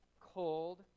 cold